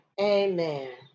Amen